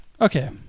Okay